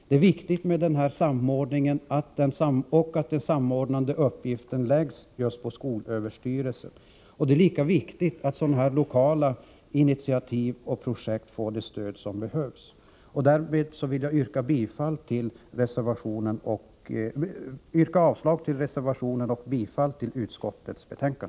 Det är viktigt att den samordnande uppgiften läggs på skolöverstyrelsen. Det är lika viktigt att lokala initiativ och projekt får det stöd som behövs. Därmed vill jag yrka avslag på reservationen och bifall till utskottets hemställan.